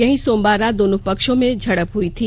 यहीं सोमवार रात दोनों पक्षों में झड़प हुई थी